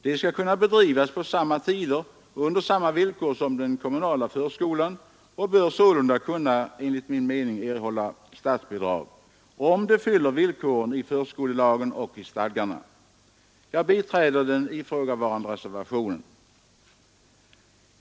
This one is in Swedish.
De skall kunna bedrivas på samma tider och under samma villkor som den kommunala förskolan och bör sålunda enligt min mening kunna erhålla statsbidrag, om de fyller villkoren i förskolelagen och stadgarna. Jag biträder den ifrågavarande reservationen.